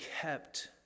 kept